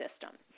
system